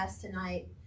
tonight